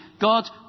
God